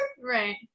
Right